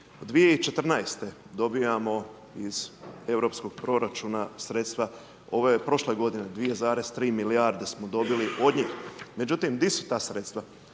2014. dobivamo iz europskog proračuna sredstva, ovo je od prošle godine 2,3 milijarde smo dobili do njih, međutim di su ta sredstva?